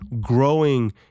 growing